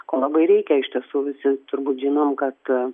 ko labai reikia iš tiesų visi turbūt žinom kad